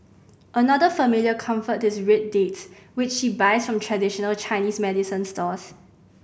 another familiar comfort is red dates which she buys from traditional Chinese medicine stores